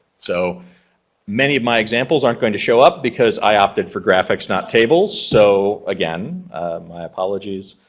so many of my examples aren't going to show up because i opted for graphics not tables. so again my apologies.